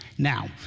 Now